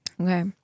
okay